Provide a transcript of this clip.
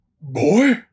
Boy